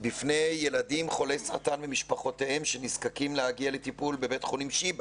בפני ילדים חולי סרטן ומשפחותיהם שנזקקים להגיע לטיפול בבית חולים שיבא.